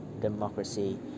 democracy